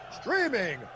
streaming